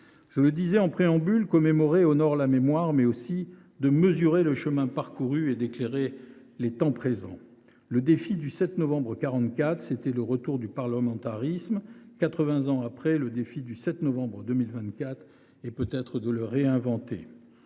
Je le disais en préambule, le fait de commémorer est l’occasion d’honorer la mémoire, mais aussi de mesurer le chemin parcouru pour éclairer les temps présents. Le défi du 7 novembre 1944 était le retour du parlementarisme ; quatre vingts ans après, le défi du 7 novembre 2024 est peut être de le réinventer.